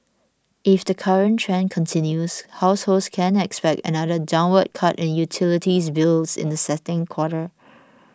if the current trend continues households can expect another downward cut in utilities bills in the second quarter